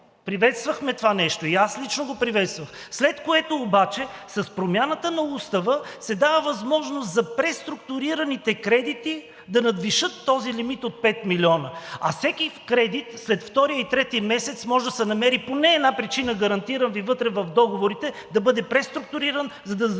приветствахме това нещо и аз лично го приветствах, след което обаче с промяната на Устава се дава възможност преструктурираните кредити да надвишат този лимит от 5 милиона. А всеки кредит след втория и третия месец може да се намери поне една причина, гарантирам Ви, вътре в договорите да бъде преструктуриран, за да заобиколи